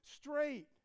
straight